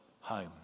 home